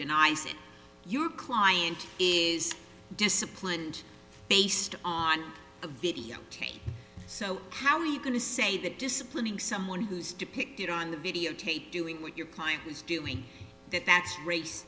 see your client is disciplined based on a videotape so how are you going to say that disciplining someone who's depicted on the videotape doing what your client is doing that that's race